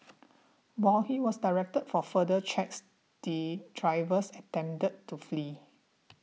while he was directed for further checks the drivers attempted to flee